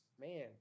man